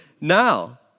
now